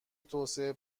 توسعه